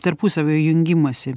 tarpusavio jungimąsi